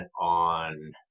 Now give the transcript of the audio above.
on